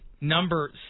number